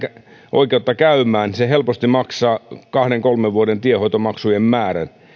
oikeutta käymään helposti maksaa kahden kolmen vuoden tienhoitomaksujen määrän